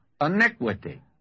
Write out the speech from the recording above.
iniquity